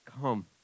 come